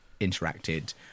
interacted